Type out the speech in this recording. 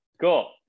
Cool